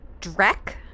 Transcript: Drek